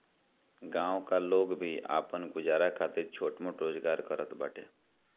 गांव का लोग भी आपन गुजारा खातिर छोट मोट रोजगार करत बाटे